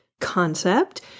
concept